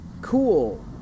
cool